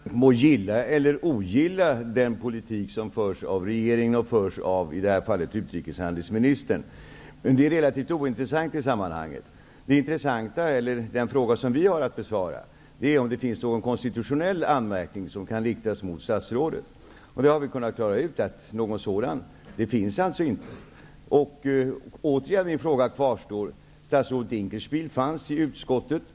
Fru talman! Hans Göran Franck må gilla eller ogilla den politik som förs av regeringen, och i det här fallet utrikeshandelsministern. Det är relativt ointressant i sammanhanget. Den fråga som vi har att besvara är om det finns någon konstitutionell anmärkning som kan riktas mot statsrådet. Vi har kunnat klara ut att någon sådan inte finns. Min fråga kvarstår. Statsrådet Dinkelspiel var hos utskottet.